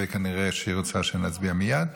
וכנראה היא רוצה שנצביע מייד.